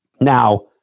Now